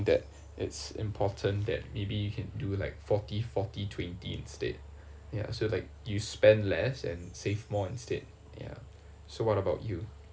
that it's important that maybe you can do like forty forty twenty instead ya so like you spend less and save more instead ya so what about you